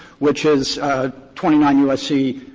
which is twenty nine u s c,